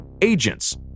agents